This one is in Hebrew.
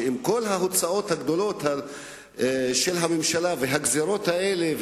עם כל ההוצאות הגדולות של הממשלה והגזירות האלה,